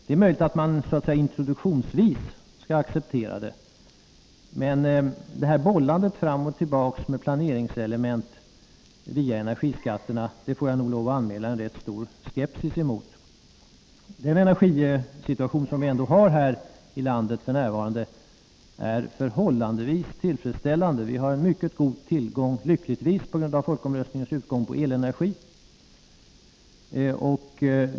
Det är möjligt att man så att säga introduktionsvis skall acceptera det, men det här bollandet fram och tillbaka med planeringselement via energiskatterna får jag nog lov att anmäla en rätt stor skepsis emot. Den energisituation som vi har i landet f. n. är förhållandevis tillfredsställande. Vi har lyckligtvis en mycket god tillgång — på grund av folkomröstningens utgång — på elenergi.